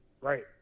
Right